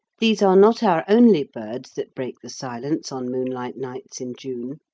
these are not our only birds that break the silence on moonlight nights in june.